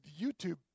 YouTube